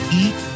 eat